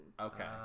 Okay